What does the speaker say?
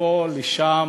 מפה לשם,